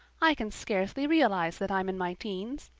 i can scarcely realize that i'm in my teens.